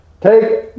Take